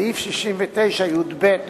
סעיף 69יב לחוק,